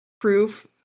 proof